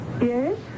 Yes